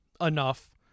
enough